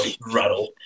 rattle